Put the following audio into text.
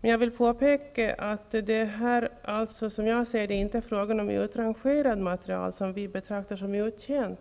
Jag vill påpeka att det jag tar upp inte är fråga om utrangerat materiel som betraktas som uttjänt.